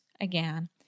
again